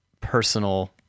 personal